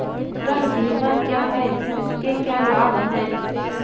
गृह बीमा क्या है इसके क्या लाभ हैं?